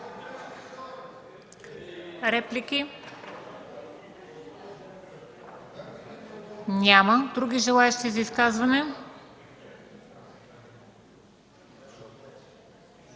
Реплики? Няма. Други желаещи за изказвания?